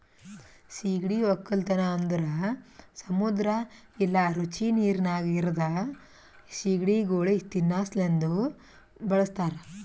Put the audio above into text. ಸೀಗಡಿ ಒಕ್ಕಲತನ ಅಂದುರ್ ಸಮುದ್ರ ಇಲ್ಲಾ ರುಚಿ ನೀರಿನಾಗ್ ಇರದ್ ಸೀಗಡಿಗೊಳ್ ತಿನ್ನಾ ಸಲೆಂದ್ ಬಳಸ್ತಾರ್